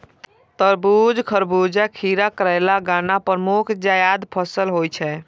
तरबूज, खरबूजा, खीरा, करेला, गन्ना प्रमुख जायद फसल होइ छै